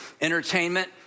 entertainment